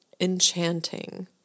enchanting